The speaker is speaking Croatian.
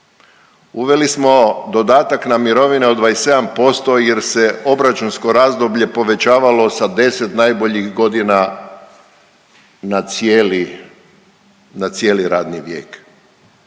Uveli smo dodatak na mirovine od 27% jer se obračunsko razdoblje povećavalo sa 10 najboljih godina na cijeli, na cijeli